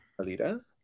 Alita